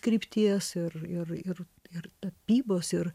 krypties ir ir ir ir tapybos ir